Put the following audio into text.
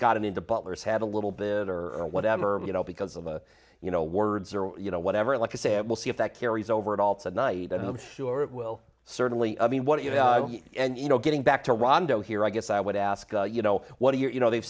gotten into butler's had a little bit or whatever you know because of the you know words or you know whatever like i said we'll see if that carries over at all tonight and i'm sure it will certainly i mean what do you know and you know getting back to rondo here i guess i would ask you know what do you know they've